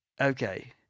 Okay